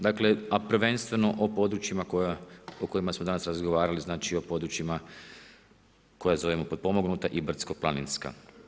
Dakle a prvenstveno o područjima o kojima smo danas razgovarali, znači područjima koja zovemo potpomognuta i brdsko-planinska.